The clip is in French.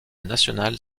nationale